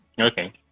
Okay